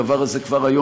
הדבר הזה כבר היום,